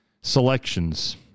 selections